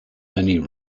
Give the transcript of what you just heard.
many